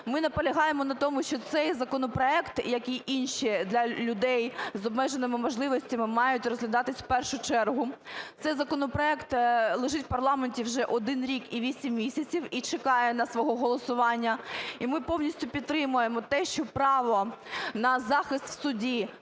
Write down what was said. Ми наполягаємо на тому, що цей законопроект, як і інші, для людей з обмеженими можливостями мають розглядатися в першу чергу. Цей законопроект лежить в парламенті вже 1 рік і 8 місяців і чекає на своє голосування. І ми повністю підтримуємо те, що право на захист в суді